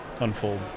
unfold